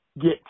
get